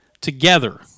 together